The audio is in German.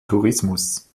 tourismus